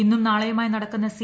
ഇന്നും നാളെയുമായി നടക്കുന്ന സി